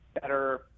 better